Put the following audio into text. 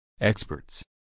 Experts